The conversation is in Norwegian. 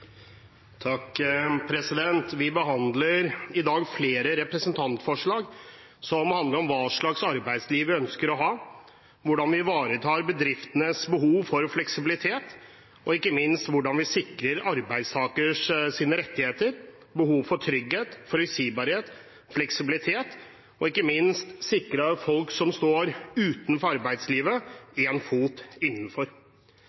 handler om hva slags arbeidsliv vi ønsker å ha, hvordan vi ivaretar bedriftenes behov for fleksibilitet, og ikke minst hvordan vi sikrer arbeidstakernes rettigheter og behov for trygghet, forutsigbarhet og fleksibilitet og sikrer folk som står utenfor arbeidslivet,